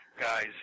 guys